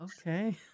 Okay